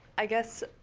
i guess,